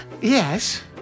yes